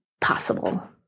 possible